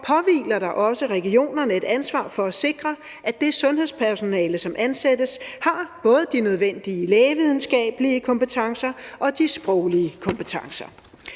påhviler der også regionerne et ansvar for at sikre, at det sundhedspersonale, som ansættes, har både de nødvendige lægevidenskabelige kompetencer og de sproglige kompetencer.